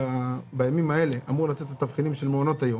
בימים אלה אמורים לצאת תבחינים של מעונות היום.